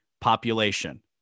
population